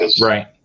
Right